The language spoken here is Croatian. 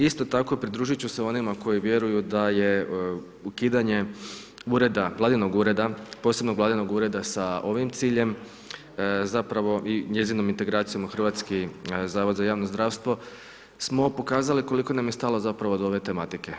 Isto tako pridružiti ću se onima koji vjeruju da je ukidanje ureda, vladinog ureda, posebno vladinog ureda sa ovim ciljem, zapravo i njezinom integracijom u Hrvatski zavod za javno zdravstvo, smo pokazali, koliko nam je stalo zapravo do ove tematike.